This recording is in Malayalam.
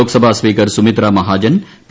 Lok Sabha speaker Sumitra Mahajan P